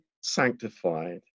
sanctified